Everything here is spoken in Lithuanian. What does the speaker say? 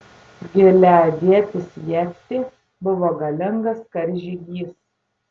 gileadietis jeftė buvo galingas karžygys